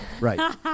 right